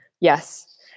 Yes